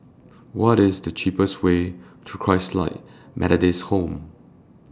What IS The cheapest Way to Christalite Methodist Home